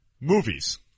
Movies